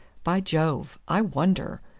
by jove! i wonder!